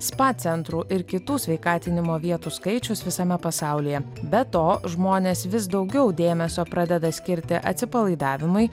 spa centrų ir kitų sveikatinimo vietų skaičius visame pasaulyje be to žmonės vis daugiau dėmesio pradeda skirti atsipalaidavimui